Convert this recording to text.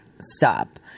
stop